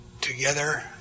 together